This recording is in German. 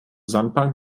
sandbank